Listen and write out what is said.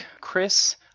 Chris